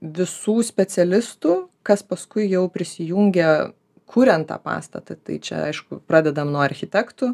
visų specialistų kas paskui jau prisijungia kuriant tą pastatą tai čia aišku pradedam nuo architektų